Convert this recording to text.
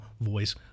voice